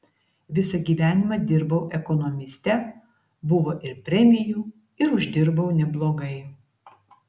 visą gyvenimą dirbau ekonomiste buvo ir premijų ir uždirbau neblogai